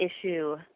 issue